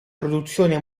produzione